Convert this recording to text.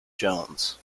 jones